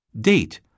Date